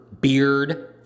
beard